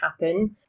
happen